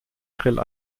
grill